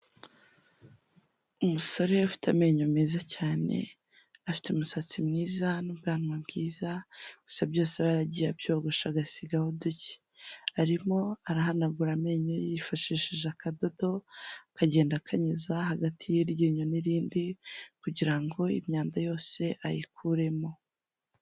Umusore ufite amenyo meza cyane, afite umusatsi mwiza n'bwanwa bwiza gusa byose aba yaragiye abyogosha agasigaho duke, arimo arahanagura amenyo ye, yifashishije akadodo, akagenda akanyuza hagati y'iryinyo n'irindi kugira ngo imyanda yose ayikuremo.